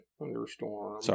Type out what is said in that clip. Thunderstorm